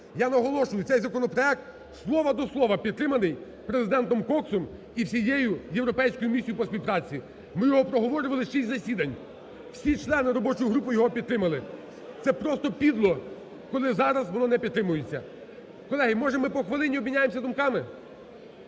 Я наголошую, цей законопроект слово до слова підтриманий президентом Коксом і всією європейською місією по співпраці. Ми його проговорювали шість засідань, всі члени робочої групи його підтримали. Це просто підло, коли зараз воно не підтримується. Колеги, може ми по хвилині обміняємося думками?